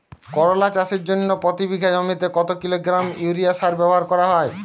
করলা চাষের জন্য প্রতি বিঘা জমিতে কত কিলোগ্রাম ইউরিয়া সার ব্যবহার করা হয়?